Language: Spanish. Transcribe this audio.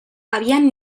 habían